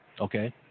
Okay